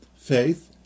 Faith